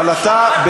אבל אתה,